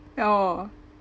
ya oh